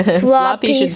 floppy